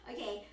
Okay